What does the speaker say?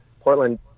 portland